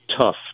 tough